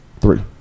three